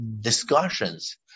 discussions